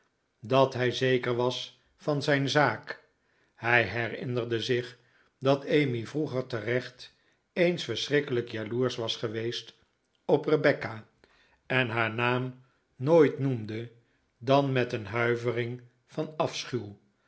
dat hij zeker was van zijn zaak hij herinnerde zich dat emmy vroeger terecht eens verschrikkelijk jaloersch was geweest op rebecca en haar naam nooit noemde dan met een huivering van